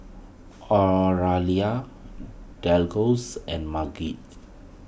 Oralia and Madge